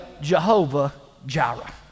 Jehovah-Jireh